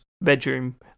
bedroom